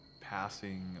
passing